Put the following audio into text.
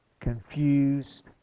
confused